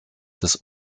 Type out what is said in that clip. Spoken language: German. des